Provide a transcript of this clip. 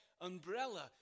umbrella